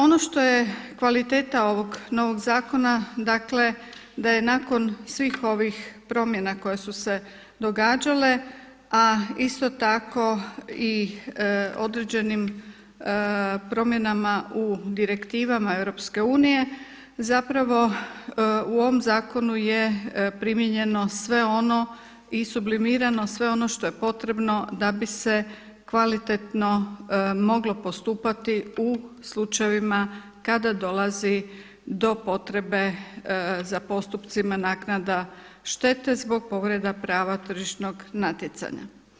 Ono što je kvaliteta ovog novog zakona, dakle da je nakon svih ovih promjena koje su se događale a isto tako i određenim promjenama u direktivama EU zapravo u ovom zakonu je primijenjeno sve ono i sublimirano sve ono što je potrebno da bi se kvalitetno moglo postupati u slučajevima kada dolazi do potrebe za postupcima naknada štete zbog povreda prava tržišnog natjecanja.